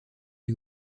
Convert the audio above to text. les